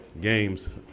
games